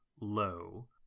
low